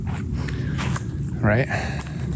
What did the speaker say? right